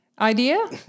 idea